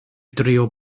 drio